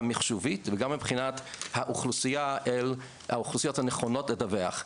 מחשובית וגם מבחינת האוכלוסייה אל האוכלוסיות הנוכחות לדווח.